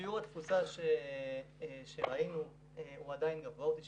שיעור התפוסה שראינו הוא עדיין גבוה, 99%,